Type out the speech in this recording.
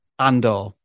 Andor